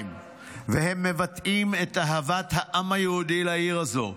והם מבטאים את אהבת העם היהודי לעיר הזו.